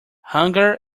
hunger